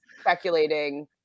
speculating